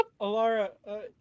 Alara